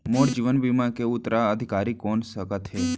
मोर जीवन बीमा के उत्तराधिकारी कोन सकत हे?